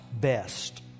best